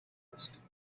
risk